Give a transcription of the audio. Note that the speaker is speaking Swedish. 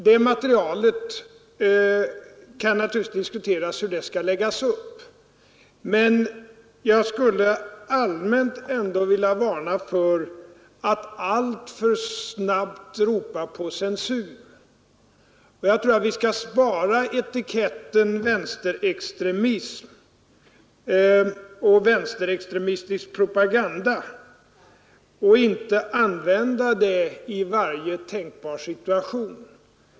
Det kan naturligtvis diskuteras hur det materialet skall läggas upp. Men jag skulle allmänt ändå vilja varna för att alltför snabbt ropa på censur. Jag tror att vi skall vara sparsamma med etiketten ”vänsterextremistisk propaganda” och inte använda den i varje tänkbar situation.